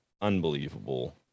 unbelievable